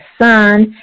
sun